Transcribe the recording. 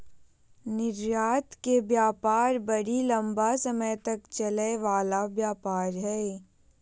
निर्यात के व्यापार बड़ी लम्बा समय तक चलय वला व्यापार हइ